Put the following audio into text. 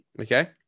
Okay